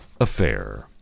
affair